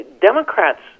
Democrats